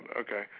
Okay